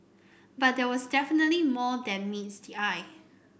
but there was definitely more than meets the eye